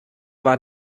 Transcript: war